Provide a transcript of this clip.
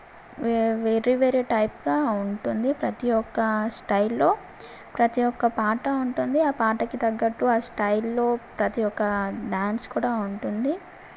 very very టైప్గా ఉంటుంది ప్రతీ ఒక్క స్టైల్లో ప్రతీ ఒక్క పాట ఉంటుంది ఆ పాటకి తగ్గట్టు ఆ స్టైల్లో ప్రతీ ఒక్క డాన్స్ కూడా ఉంటుంది